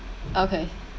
okay